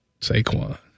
Saquon